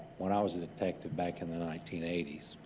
when i was a detective back in the nineteen eighty s.